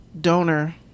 donor